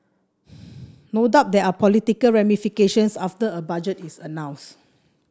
no doubt there are political ramifications after a budget is announced